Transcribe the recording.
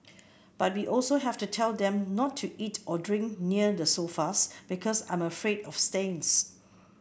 but we also have to tell them to not eat or drink near the sofas because I'm afraid of stains